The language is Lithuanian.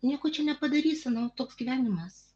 nieko čia nepadarysi nu toks gyvenimas